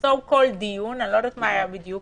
so called דיון, אני לא יודעת מה היה בדיוק.